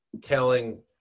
telling